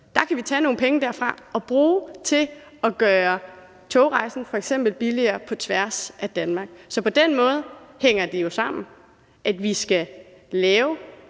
vi kan tage nogle penge derfra og bruge til f.eks. at gøre togrejsen billigere på tværs af Danmark. Så på den måde hænger det jo sammen, at vi skal bygge